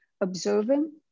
observing